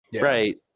Right